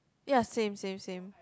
ya same same same